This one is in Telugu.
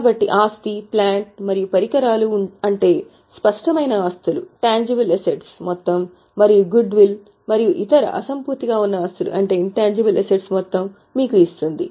కాబట్టి ఆస్తి ప్లాంట్ మరియు పరికరాలు అంటే స్పష్టమైన ఆస్తులు మొత్తం మరియు గుడ్ విల్ మరియు ఇతర అసంపూర్తిగా ఉన్న ఆస్తులు మొత్తం మీకు ఇస్తుంది